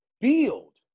build